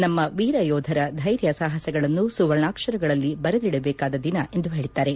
ನಮ್ಮ ವೀರ ಯೋಧರ ಧೈರ್ಯ ಸಾಹಸಗಳನ್ನು ಸುವರ್ಣಾಕ್ಷರಗಳಲ್ಲಿ ಬರೆದಿಡಬೇಕಾದ ದಿನ ಎಂದು ಹೇಳಿದ್ದಾರೆ